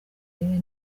urebe